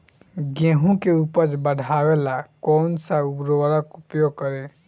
गेहूँ के उपज बढ़ावेला कौन सा उर्वरक उपयोग करीं?